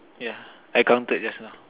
yeah I counted just now